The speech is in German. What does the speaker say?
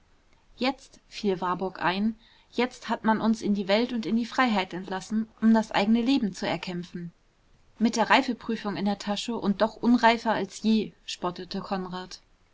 jetzt fiel warburg ein jetzt hat man uns in die welt und in die freiheit entlassen um das eigene leben zu erkämpfen mit der reifeprüfung in der tasche und doch unreifer als je spottete konrad